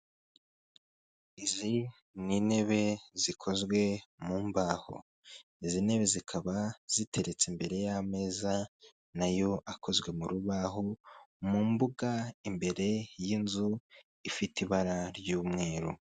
Izi ni intebe zikozwe mu mbaho, izi ntebe zikaba ziteretse imbere y'ameza nayo akozwe mu rubaho mu mbuga imbere y'inzu ifite ibara ry'umweru.